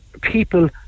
people